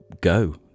go